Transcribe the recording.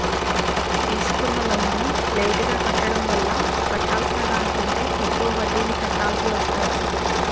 తీసుకున్న లోనును లేటుగా కట్టడం వల్ల కట్టాల్సిన దానికంటే ఎక్కువ వడ్డీని కట్టాల్సి వస్తదా?